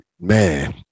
man